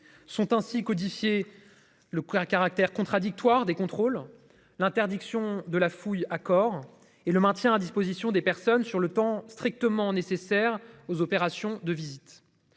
sont ainsi codifié. Le prix un caractère contradictoire des contrôles. L'interdiction de la fouille à corps et le maintien à disposition des personnes sur le temps strictement nécessaire aux opérations de visite.